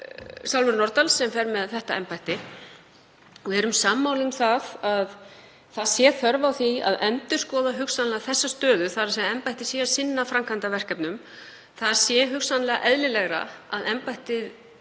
Salvöru Nordal sem fer með þetta embætti. Við erum sammála um að þörf sé á því að endurskoða hugsanlega þessa stöðu, þ.e. að embættið sinni framkvæmdaverkefnum. Það sé hugsanlega eðlilegra að embættið